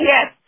Yes